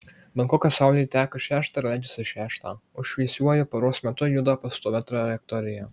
bankoke saulė teka šeštą ir leidžiasi šeštą o šviesiuoju paros metu juda pastovia trajektorija